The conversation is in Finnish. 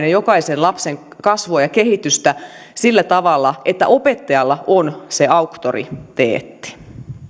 ja jokaisen lapsen kasvua ja kehitystä sillä tavalla että opettajalla on se auktoriteetti